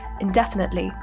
indefinitely